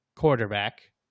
quarterback